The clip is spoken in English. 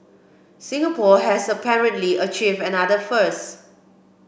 Singapore has apparently achieved another first